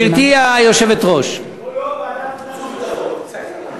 גברתי היושבת-ראש, ועדת חוץ וביטחון,